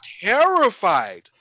terrified